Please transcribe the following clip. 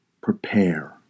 prepare